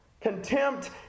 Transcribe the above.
Contempt